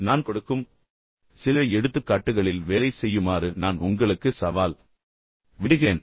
பின்னர் நான் கொடுக்கப்போகும் சில எடுத்துக்காட்டுகளில் வேலை செய்யுமாறு நான் உங்களுக்கு சவால் விடுகிறேன்